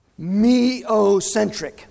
meocentric